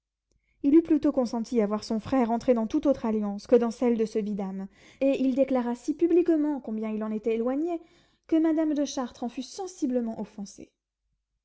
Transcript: il eût plutôt consenti à voir son frère entrer dans tout autre alliance que dans celle de ce vidame et il déclara si publiquement combien il en était éloigné que madame de chartres en fut sensiblement offensée